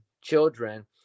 children